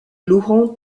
laurent